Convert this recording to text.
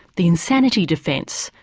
the insanity defence,